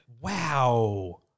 Wow